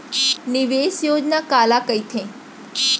निवेश योजना काला कहिथे?